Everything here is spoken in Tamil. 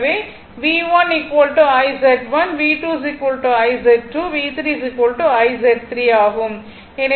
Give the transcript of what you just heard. எனவே ஆகும்